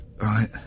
Right